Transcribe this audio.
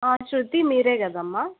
శృతి మీరు కదమ్మ